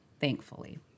thankfully